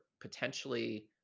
potentially